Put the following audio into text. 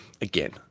again